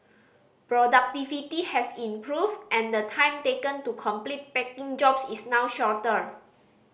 productivity has improved and the time taken to complete packing jobs is now shorter